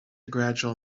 gradual